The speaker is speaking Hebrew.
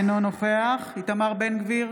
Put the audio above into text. אינו נוכח איתמר בן גביר,